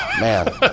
Man